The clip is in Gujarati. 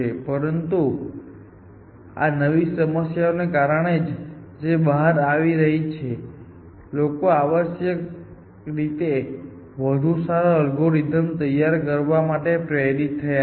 પરંતુ આ નવી સમસ્યાઓને કારણે જે બહાર આવી રહી છે લોકો આવશ્યકરીતે વધુ સારા અલ્ગોરિધમ્સ તૈયાર કરવા માટે પ્રેરિત થયા છે